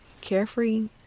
carefree